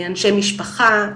אנשי משפחה,